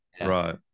right